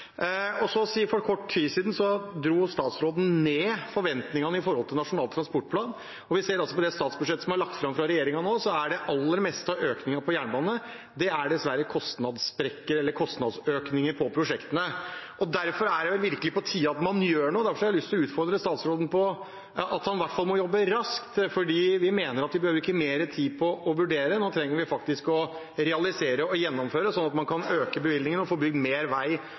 salen. Så synes jeg det er viktig det statsråden sier, og det er veldig hyggelig at han sier at dette har blitt en suksess. Jeg opplevde ikke at han var like tydelig for ti år siden, men det er veldig bra. For kort tid siden dro statsråden ned forventningene til Nasjonal transportplan, og vi ser at i det statsbudsjettet som er lagt fram fra regjeringen nå, er det aller meste av økningen på jernbane dessverre kostnadssprekker eller kostnadsøkninger på prosjektene. Derfor er det virkelig på tide at man gjør noe. Derfor har jeg lyst til å utfordre statsråden på at han i hvert fall må jobbe raskt, for vi mener at vi behøver ikke mer tid på å vurdere.